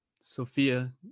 Sophia